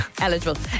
eligible